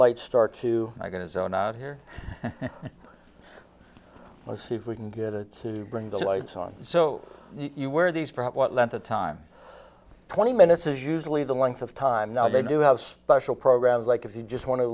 light start to i'm going to zone out here let's see if we can get it to bring the lights on so you wear these for what length of time twenty minutes is usually the length of time now they do have special programs like if you just wan